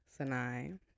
Sanai